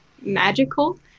magical